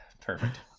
Perfect